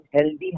healthy